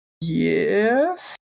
Yes